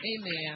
Amen